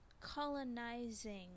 colonizing